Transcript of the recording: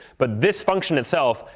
but this function itself,